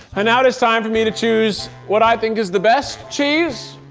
and now it's time for me to choose what i think is the best cheese,